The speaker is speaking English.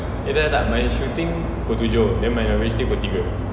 eh tak tak tak my shooting pukul tujuh then my logistic pukul tiga